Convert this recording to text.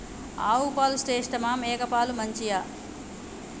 ఆవు పాలు శ్రేష్టమా మేక పాలు మంచియా?